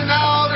now